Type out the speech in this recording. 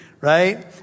right